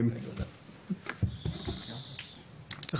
צריך